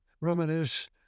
reminisce